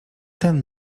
ten